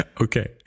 okay